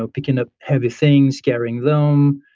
ah picking up heavy things, gathering them?